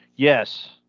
Yes